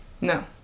No